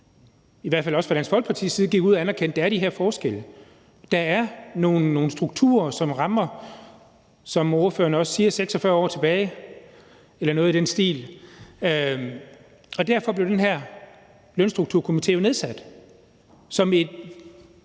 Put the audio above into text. i hvert fald os fra Dansk Folkeparti, gik ud og anerkendte, at der er de her forskelle. Der er nogle strukturer og nogle rammer, der, som ordføreren også siger, har været der i 46 år eller noget i den stil. Derfor blev den her Lønstrukturkomité jo nedsat som et